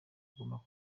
wagombaga